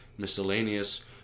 miscellaneous